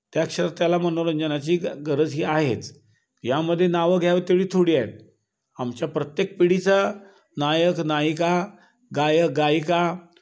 त्या क्षेत्रात त्याला मनोरंजनाची ग गरज ही आहेच यामध्ये नावं घ्यावं तेवढी थोडी आहेत आमच्या प्रत्येक पिढीचा नायक नायिका गायक गायिका